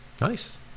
Nice